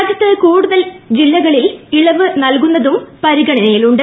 രാജ്യത്ത് കൂടുതൽ ജില്ലകളിൽ ഇളവ് നൽകു ന്നതും പരിഗണനയിലുണ്ട്